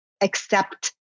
accept